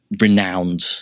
renowned